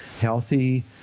healthy